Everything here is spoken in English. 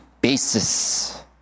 basis